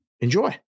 enjoy